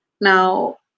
Now